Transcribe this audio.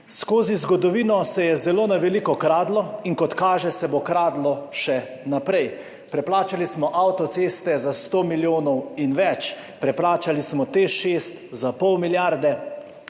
Skozi zgodovino se je zelo na veliko kradlo in kot kaže, se bo kradlo še naprej. Preplačali smo avtoceste za 100 milijonov in več, preplačali smo Teš 6 za pol milijarde,